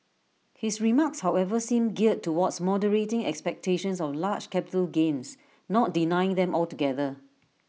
his remarks however seem geared towards moderating expectations of large capital gains not denying them altogether